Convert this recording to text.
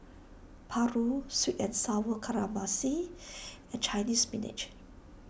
Paru Sweet and Sour Calamari and Chinese Spinach